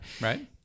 Right